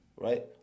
Right